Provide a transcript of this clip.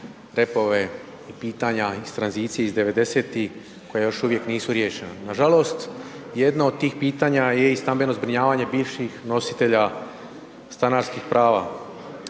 repove i pitanja iz tranzicije, iz 90-ih koja još uvijek nisu riješena. Nažalost, jedno od tih pitanja je i stambeno zbrinjavanje bivših nositelja stanarskih prava.